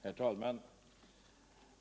Herr talman!